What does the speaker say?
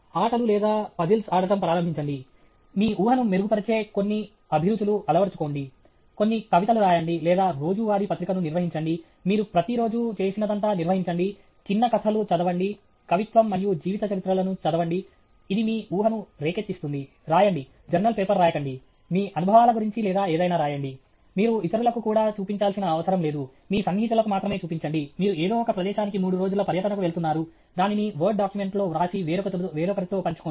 ఆటలు లేదా పజిల్స్ ఆడటం ప్రారంభించండి మీ ఊహను మెరుగుపరిచే కొన్ని అభిరుచులు అలవరచుకోండి కొన్ని కవితలు రాయండి లేదా రోజువారీ పత్రికను నిర్వహించండి మీరు ప్రతిరోజూ చేసినదంతా నిర్వహించండి చిన్న కథలు చదవండి కవిత్వం మరియు జీవిత చరిత్రలను చదవండి ఇది మీ ఊహను రేకెత్తిస్తుంది వ్రాయండి జర్నల్ పేపర్ రాయకండి మీ అనుభవాల గురించి లేదా ఏదైనా రాయండి మీరు ఇతరులకు కూడా చూపించాల్సిన అవసరం లేదు మీ సన్నిహితులకు మాత్రమే చూపించండి మీరు ఏదో ఒక ప్రదేశానికి మూడు రోజుల పర్యటనకు వెళుతున్నారు దానిని వర్డ్ డాక్యుమెంట్లో వ్రాసి వేరొకరితో పంచుకోండి